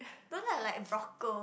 don't lah like Brocco